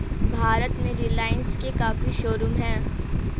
भारत में रिलाइन्स के काफी शोरूम हैं